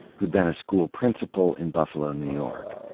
who'd been a school principal in buffalo, new york.